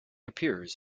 appears